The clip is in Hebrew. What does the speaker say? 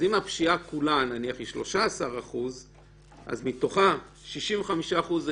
אז אם הפשיעה כולה היא 13% אז מתוכה 65% זה